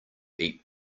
eat